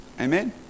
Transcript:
Amen